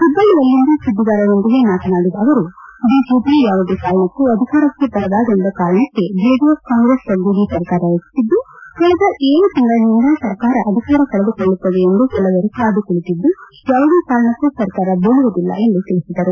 ಹುಬ್ಲಲ್ಲಿಯಲ್ಲಿಂದು ಸುದ್ದಿಗಾರರೊಂದಿಗೆ ಮಾತನಾಡಿದ ಅವರು ಬಿಜೆಪಿ ಯಾವುದೇ ಕಾರಣಕ್ಕೂ ಅಧಿಕಾರಕ್ಕೆ ಬರಬಾರದೆಂಬ ಕಾರಣಕ್ಕೆ ಚೆಡಿಎಸ್ ಕಾಂಗ್ರೆಸ್ ಒಗ್ಗೂಡಿ ಸರ್ಕಾರ ರಚಿಸಿದ್ದು ಕಳೆದ ಏಳು ತಿಂಗಳನಿಂದ ಸರ್ಕಾರ ಅಧಿಕಾರ ಕಳೆದುಕೊಳ್ಳುತ್ತದೆ ಎಂದು ಕೆಲವರು ಕಾದುಕುಳಿತಿದ್ದು ಯಾವುದೇ ಕಾರಣಕ್ಕೂ ಸರ್ಕಾರ ಬೀಳುವುದಿಲ್ಲ ಎಂದು ತಿಳಿಸಿದರು